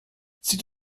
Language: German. zieht